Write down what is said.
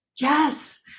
Yes